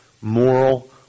moral